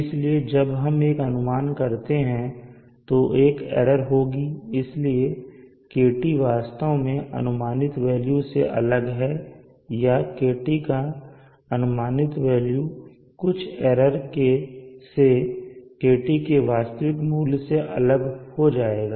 इसलिए जब हम एक अनुमान करते हैं तो एक एरर होगी और इसलिए KT वास्तव में अनुमानित वेल्यू से अलग है या KT का अनुमानित वेल्यू कुछ एरर से KT के वास्तविक मूल्य से अलग हो जाएगा